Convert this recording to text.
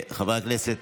חברי הכנסת,